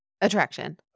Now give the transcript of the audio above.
Attraction